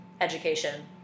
education